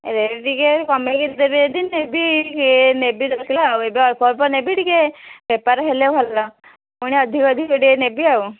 rate ଟିକେ କମେଇକିରି ଦେବେ ଯଦି ନେବି ନେବି ଦଶ କିଲୋ ଆଉ ଏବେ ଅଳ୍ପ ଅଳ୍ପ ନେବି ଟିକେ ବେପାର ହେଲେ ଭଲ ପୁଣି ଅଧିକ ଅଧିକ ଟିକେ ନେବି ଆଉ